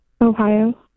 Ohio